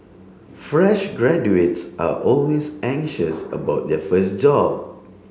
fresh graduates are always anxious about their first job